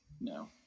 no